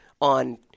on